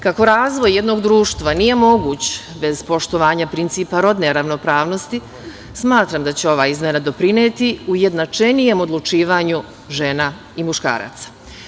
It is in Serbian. Kako razvoj jednog društva nije moguć bez poštovanja principa rodne ravnopravnosti, smatram da će ova izmena doprineti ujednačenijem odlučivanju žena i muškaraca.